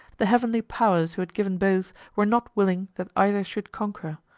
the heavenly powers who had given both were not willing that either should conquer.